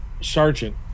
sergeant